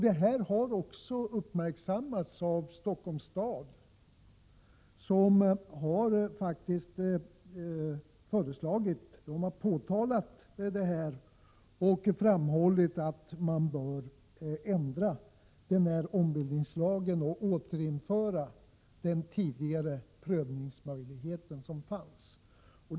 Detta har också uppmärksammats av Stockholms stad, som faktiskt har påtalat detta och framhållit att ombildningslagen bör ändras och den tidigare prövningsmöjligheten återinföras.